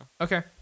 Okay